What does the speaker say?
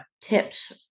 tips